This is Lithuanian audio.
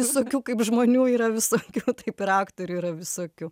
visokių kaip žmonių yra visokių taip ir aktorių yra visokių